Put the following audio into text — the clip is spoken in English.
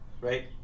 Right